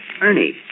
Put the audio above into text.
Ernie